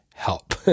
Help